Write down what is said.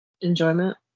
enjoyment